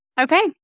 Okay